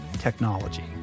technology